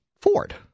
Ford